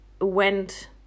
went